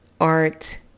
art